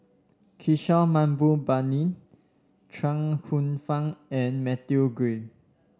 Kishore Mahbubani Chuang Hsueh Fang and Matthew Ngui